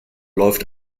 läuft